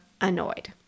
annoyed